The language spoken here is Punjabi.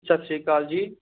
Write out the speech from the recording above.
ਸਤਿ ਸ਼੍ਰੀ ਅਕਾਲ ਜੀ